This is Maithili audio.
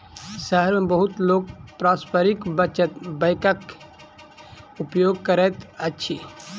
शहर मे बहुत लोक पारस्परिक बचत बैंकक उपयोग करैत अछि